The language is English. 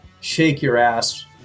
shake-your-ass